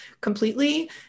completely